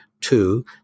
Two